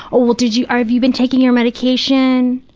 oh, well, did you, ah have you been taking your medication,